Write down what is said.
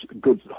good